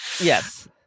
Yes